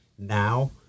Now